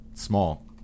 Small